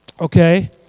okay